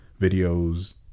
videos